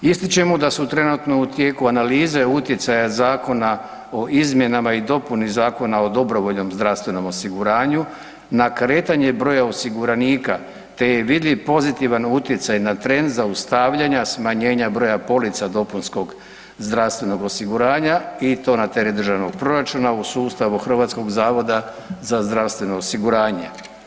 Ističemo da su trenutno u tijeku analize utjecaja Zakona o izmjenama i dopuni Zakona o dobrovoljnom zdravstvenom osiguranju na kretanje broja osiguranika, te je vidljiv pozitivan utjecaj na trend zaustavljanja smanjenja broja polica dopunskog zdravstvenog osiguranja i to na teret Državnog proračuna u sustavu Hrvatskog zavoda za zdravstveno osiguranje.